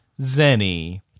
zenny